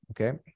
okay